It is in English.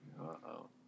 Uh-oh